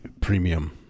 Premium